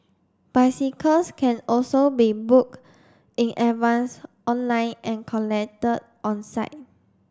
bicycles can also be booked in advance online and collected on site